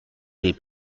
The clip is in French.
des